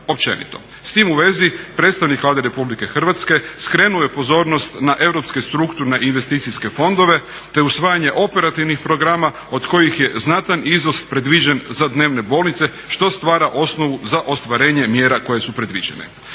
S tim u vezi predstavnik Vlade RH skrenuo je pozornost na europske strukturne i investicijske fondove te usvajanje operativnih programa od kojih je znatan iznos predviđen za dnevne bolnice što stvara osnovu za ostvarenje mjera koje su predviđene.